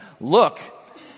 look